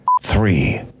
three